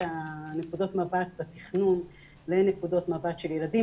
של נקודות המבט בתכנון לנקודות מבט של ילדים.